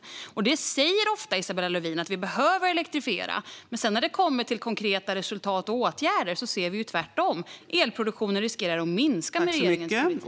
Isabella Lövin säger ofta att vi behöver elektrifiera, men när det sedan kommer till konkreta resultat och åtgärder ser vi tvärtom att elproduktionen riskerar att minska med regeringens politik.